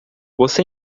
você